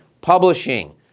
publishing